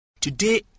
today